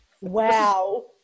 Wow